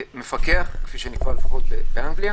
מפקח, כפי שנקבע לפחות באנגליה.